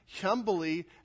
humbly